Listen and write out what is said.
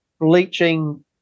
bleaching